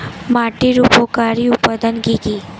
মাটির উপকারী উপাদান কি কি?